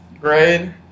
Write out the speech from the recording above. grade